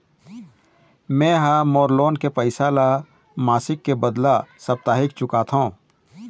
में ह मोर लोन के पैसा ला मासिक के बदला साप्ताहिक चुकाथों